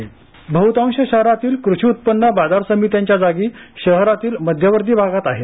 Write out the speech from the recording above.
राजू शेड्टी बहुतांश शहरातील कृषी उत्पन्न बाजार समित्याच्या जागाशहरातील मध्यवर्ती भागात आहेत